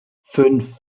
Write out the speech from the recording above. fünf